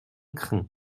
crin